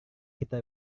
kita